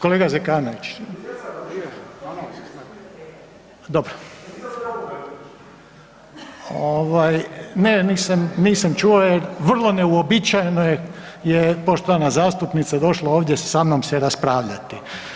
Kolega Zekanović. … [[Upadica se ne razumije.]] nisam čuo jer vrlo neuobičajeno je poštovana zastupnica došla ovdje sa mnom se raspravljati.